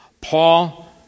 Paul